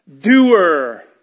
Doer